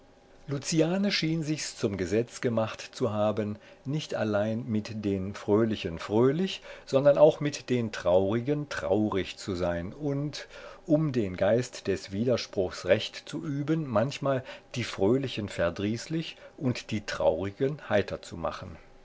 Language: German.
schien sichs zum gesetz gemacht zu haben nicht allein mit den fröhlichen fröhlich sondern auch mit den traurigen traurig zu sein und um den geist des widerspruchs recht zu üben manchmal die fröhlichen verdrießlich und die traurigen heiter zu machen